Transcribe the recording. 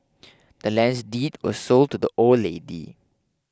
the land's deed was sold to the old lady